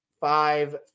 five